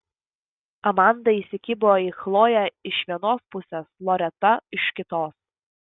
amanda įsikibo į chloję iš vienos pusės loreta iš kitos